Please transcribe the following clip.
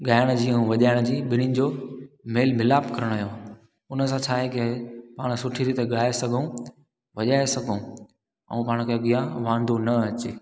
ॻाइण जी ऐं वॼाएण जी ॿिन्हिनि जो मेल मिलाप कराइणो हुन सां छाहे की पाण सुठी रीते ॻाए सघूं वॼाए सघूं ऐं पाण खे अॻिया वांधो न अचे